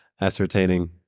ascertaining